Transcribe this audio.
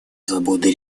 свободы